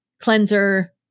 cleanser